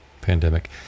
pandemic